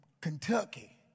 Kentucky